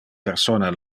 persona